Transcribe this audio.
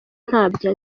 ntabyo